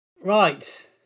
Right